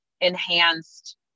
enhanced